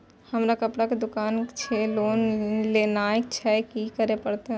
हमर कपड़ा के दुकान छे लोन लेनाय छै की करे परतै?